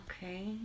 Okay